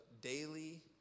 daily